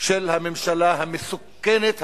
של הממשלה המסוכנת,